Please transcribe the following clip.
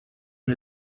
and